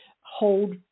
hold